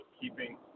keeping